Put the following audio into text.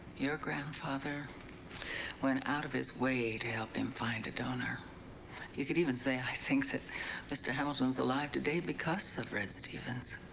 your grandfather went out of his way to help him find a donor you could even say, i think, that mr. hamilton's alive today. because of red stevens.